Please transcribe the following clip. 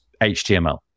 HTML